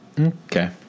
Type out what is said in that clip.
okay